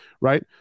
right